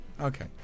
Okay